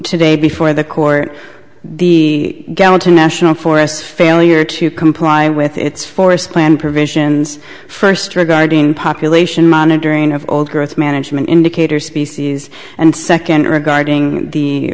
today before the court the gallatin national forest failure to comply with its forest plan provisions first regarding population monitoring of old growth management indicator species and second regarding the